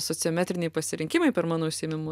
sociometriniai pasirinkimai per mano užsiėmimus